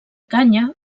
canya